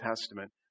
Testament